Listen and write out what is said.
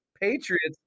Patriots